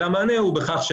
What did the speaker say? אלא המענה הוא בכך,